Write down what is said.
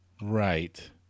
Right